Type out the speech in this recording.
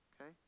okay